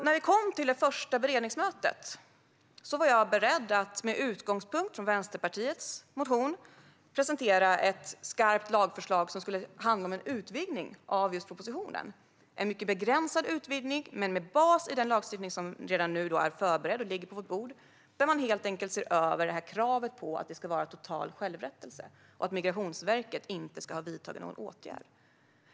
När vi kom till det första beredningsmötet var jag beredd på att med utgångspunkt i Vänsterpartiets motion presentera ett skarpt lagförslag som skulle handla om en utvidgning av propositionen. Det var en mycket begränsad utvidgning men med bas i den lagstiftning som redan nu är förberedd och som ligger på vårt bord där man helt enkelt ser över det här kravet på att det ska vara total självrättelse och att Migrationsverket inte ska ha vidtagit någon åtgärd.